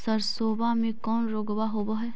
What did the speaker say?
सरसोबा मे कौन रोग्बा होबय है?